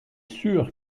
sûr